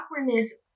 awkwardness